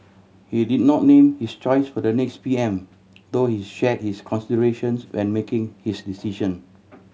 he did not name his choice for the next P M though he shared his considerations when making his decision